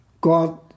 God